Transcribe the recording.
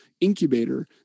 incubator